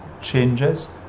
changes